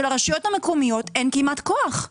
שלרשויות המקומיות כמעט ואין כוח.